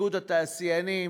איגוד התעשיינים,